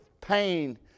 pain